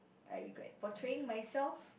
I regret portraying myself